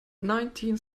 nineteen